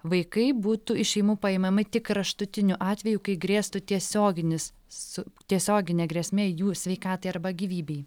vaikai būtų iš šeimų paimami tik kraštutiniu atveju kai grėstų tiesioginis su tiesiogine grėsme jų sveikatai arba gyvybei